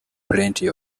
plenty